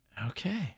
Okay